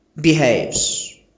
behaves